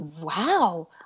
wow